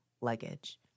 Luggage